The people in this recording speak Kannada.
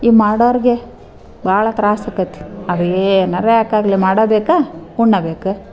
ಈ ಮಾಡೋವ್ರ್ಗೆ ಭಾಳ ತ್ರಾಸು ಆಕತಿ ಅವು ಏನಾರೂ ಯಾಕೆ ಆಗಲಿ ಮಾಡ್ಲೇಬೇಕ ಉಣ್ಣಬೇಕು